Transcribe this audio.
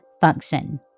function